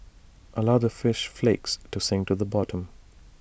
allow the fish flakes to sink to the bottom